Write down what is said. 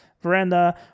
veranda